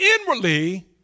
inwardly